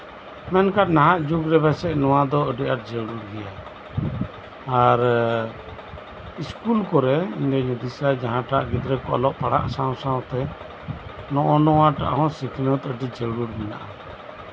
ᱢᱮᱱᱠᱷᱟᱡ ᱱᱟᱦᱟᱜ ᱡᱩᱜᱽ ᱨᱮᱫᱚ ᱱᱚᱣᱟ ᱫᱚ ᱯᱟᱥᱮᱡ ᱟᱹᱰᱤ ᱟᱸᱴ ᱡᱟᱨᱩᱲ ᱜᱮᱭᱟ ᱟᱨ ᱥᱠᱩᱞ ᱠᱚᱨᱮ ᱱᱤᱨᱫᱤᱥᱟᱭ ᱜᱤᱫᱽᱨᱟᱹ ᱠᱚ ᱡᱟᱦᱟᱸᱴᱟᱜ ᱚᱞᱚᱜᱼᱯᱟᱲᱦᱟᱜ ᱥᱟᱶᱼᱥᱟᱶ ᱛᱮ ᱱᱚᱜᱼᱚ ᱱᱚᱣᱟᱴᱟᱜ ᱦᱚᱸ ᱥᱤᱠᱷᱱᱟᱹᱛ ᱟᱹᱰᱤ ᱟᱸᱴ ᱡᱟᱨᱩᱲ ᱢᱮᱱᱟᱜᱼᱟ